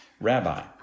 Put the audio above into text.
Rabbi